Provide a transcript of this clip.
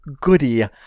goody